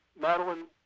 Madeline